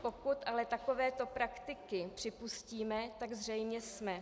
Pokud ale takovéto praktiky připustíme, tak zřejmě jsme.